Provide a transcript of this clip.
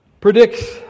predicts